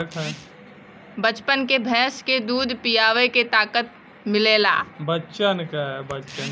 बच्चन के भैंस के दूध पीआवे से ताकत मिलेला